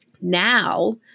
now